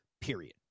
period